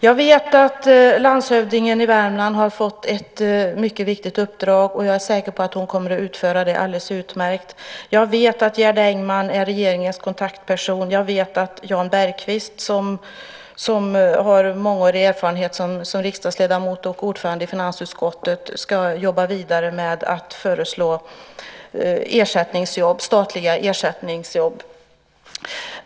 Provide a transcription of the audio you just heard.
Jag vet att landshövdingen i Värmland har fått ett mycket viktigt uppdrag, och jag är säker på att hon kommer att utföra det alldeles utmärkt. Jag vet att Gerd Engman är regeringens kontaktperson. Jag vet att Jan Bergqvist, som har mångårig erfarenhet som riksdagsledamot och ordförande i finansutskottet, ska jobba vidare med att föreslå statliga ersättningsjobb.